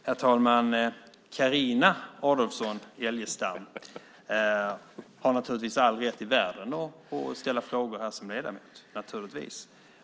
Herr talman! Carina Adolfsson Elgestam har naturligtvis all rätt i världen att ställa frågor här som ledamot.